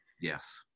yes